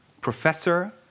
professor